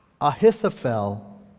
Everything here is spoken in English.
Ahithophel